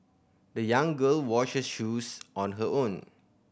the young girl washed her shoes on her own